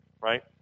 Right